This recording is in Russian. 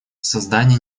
создание